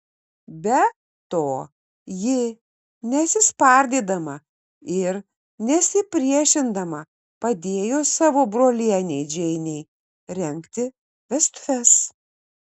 be to ji nesispardydama ir nesipriešindama padėjo savo brolienei džeinei rengti vestuves